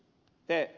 te ed